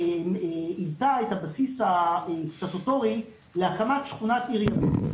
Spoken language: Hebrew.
שהיוותה את הבסיס הסטטוטורי להקמת שכונת עיר ימים.